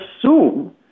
assume